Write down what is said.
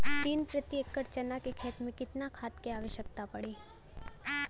तीन प्रति एकड़ चना के खेत मे कितना खाद क आवश्यकता पड़ी?